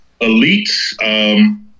elites